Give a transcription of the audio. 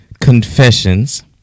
confessions